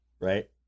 right